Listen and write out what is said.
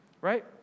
right